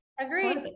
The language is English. Agreed